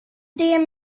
det